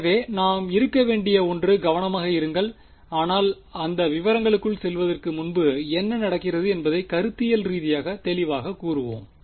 எனவே நாம் இருக்க வேண்டிய ஒன்று கவனமாக இருங்கள் ஆனால் அந்த விவரங்களுக்குள் செல்வதற்கு முன்பு என்ன நடக்கிறது என்பதை கருத்தியல் ரீதியாக தெளிவாகக் கூறுவோம்